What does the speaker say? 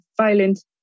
violent